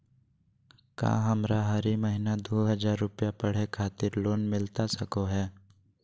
का हमरा हरी महीना दू हज़ार रुपया पढ़े खातिर लोन मिलता सको है?